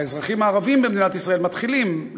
האזרחים הערבים במדינת ישראל מתחילים,